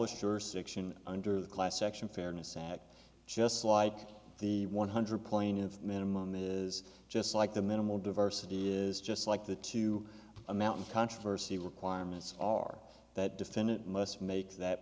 establish jurisdiction under the class section fairness act just like the one hundred plaintiffs minimum is just like the minimal diversity is just like the two a mountain controversy requirements are that defendant must make that